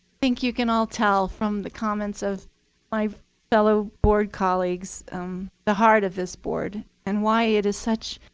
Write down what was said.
think you can all tell from the comments of my fellow board colleagues the heart of this board and why it is such